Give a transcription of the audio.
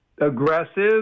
Aggressive